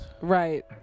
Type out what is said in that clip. Right